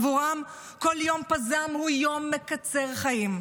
עבורן כל יום פז"ם הוא יום מקצר חיים.